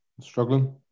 Struggling